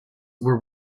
were